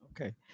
Okay